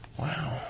Wow